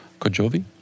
Kojovi